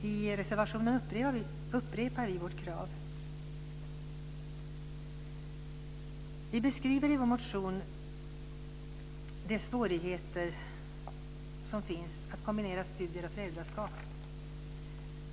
I reservationen upprepar vi vårt krav. Vi beskriver i vår motion de svårigheter som finns att kombinera studier och föräldraskap.